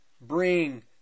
bring